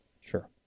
Sure